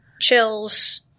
chills